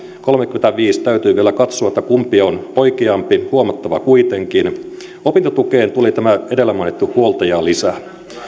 kolmekymmentäviisi miljoonaa täytyy vielä katsoa kumpi on oikeampi huomattava kuitenkin opintotukeen tuli edellä mainittu huoltajalisä